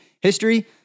history